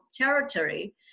territory